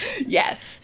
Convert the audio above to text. Yes